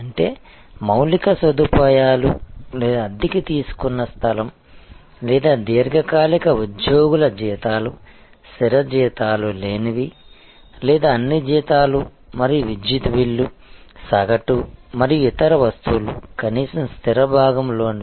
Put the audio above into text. అంటే మౌలిక సదుపాయాలు లేదా అద్దెకు తీసుకున్న స్థలం లేదా దీర్ఘకాలిక ఉద్యోగుల జీతాలు స్థిర జీతాలు లేనివి లేదా అన్ని జీతాలు మరియు విద్యుత్ బిల్లు సగటు మరియు ఇతర వస్తువులు కనీసం స్థిర భాగం లోనివి